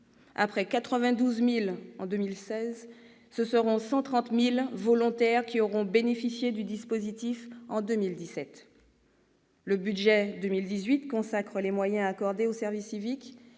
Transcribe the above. Après 92 000 personnes en 2016, ce sont environ 130 000 volontaires qui auront bénéficié du dispositif en 2017. Le budget pour 2018 consacre les moyens accordés au service civique.